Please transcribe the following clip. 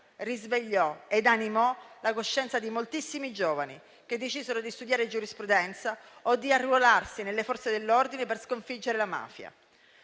Risvegliò ed animò la coscienza di moltissimi giovani, che decisero di studiare giurisprudenza o di arruolarsi nelle Forze dell'ordine per sconfiggere la mafia.